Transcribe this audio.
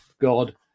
God